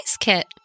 kit